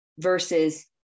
versus